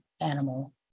animal